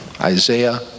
Isaiah